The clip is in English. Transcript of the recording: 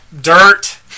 dirt